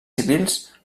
civils